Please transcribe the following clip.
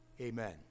Amen